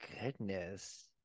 goodness